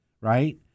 right